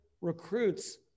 recruits